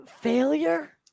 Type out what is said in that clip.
failure